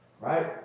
Right